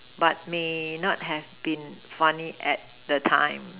but may not have been funny at the time